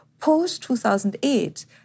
post-2008